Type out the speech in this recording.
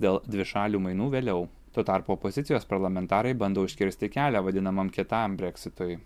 dėl dvišalių mainų vėliau tuo tarpu opozicijos parlamentarai bando užkirsti kelią vadinamam kietajam breksitui